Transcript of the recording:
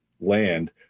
land